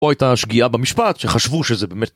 או הייתה שגיאה במשפט, שחשבו שזה באמת...